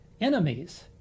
enemies